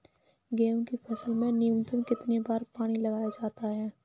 गेहूँ की फसल में न्यूनतम कितने बार पानी लगाया जाता है?